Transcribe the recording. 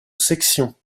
sections